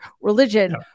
religion